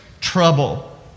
trouble